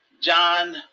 John